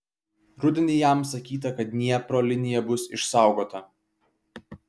rudenį jam sakyta kad dniepro linija bus išsaugota